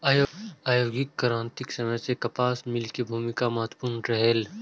औद्योगिक क्रांतिक समय मे कपास मिल के भूमिका महत्वपूर्ण रहलै